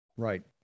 Right